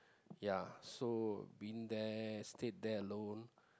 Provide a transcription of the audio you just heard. ya so been there stayed there alone